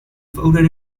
voted